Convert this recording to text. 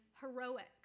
heroic